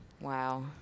Wow